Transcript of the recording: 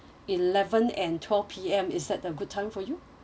eleven and twelve P_M is that the good time for you